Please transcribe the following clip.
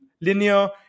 linear